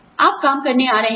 आप काम करने आ रहे हैं